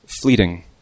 Fleeting